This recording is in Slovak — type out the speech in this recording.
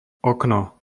okno